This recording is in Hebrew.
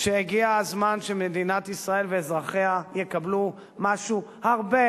שהגיע הזמן שמדינת ישראל ואזרחיה יקבלו משהו הרבה,